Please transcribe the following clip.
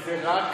זה רק